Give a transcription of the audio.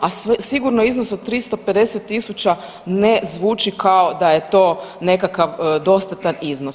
A sigurno iznos od 350.000 ne zvuči kao da je to nekakav dostatan iznos.